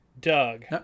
Doug